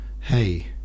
Hey